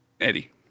Eddie